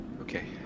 Okay